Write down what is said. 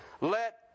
Let